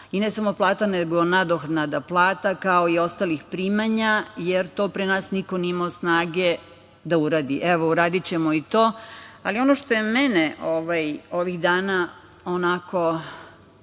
i ne samo plata, nego nadoknada plata, kao i ostalih primanja, jer to pre nas niko nije imao snage da uradi. Evo, uradićemo i to. Ono što je mene ovih dana